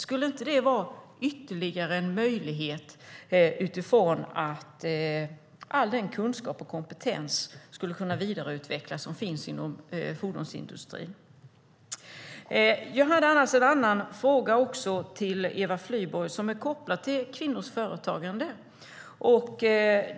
Skulle det inte vara ytterligare en möjlighet att vidareutveckla all den kompetens som finns inom fordonsindustrin? Jag har också en annan fråga till Eva Flyborg som är kopplad till kvinnors företagande.